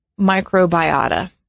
microbiota